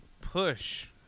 push